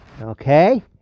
Okay